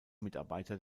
mitarbeiter